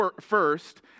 first